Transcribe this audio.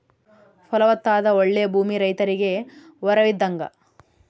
ಫಲವತ್ತಾದ ಓಳ್ಳೆ ಭೂಮಿ ರೈತರಿಗೆ ವರವಿದ್ದಂಗ